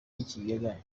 ikigega